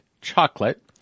chocolate